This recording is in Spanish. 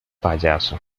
payaso